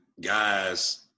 guys